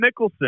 Mickelson